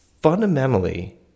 fundamentally